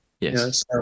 Yes